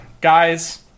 guys